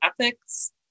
ethics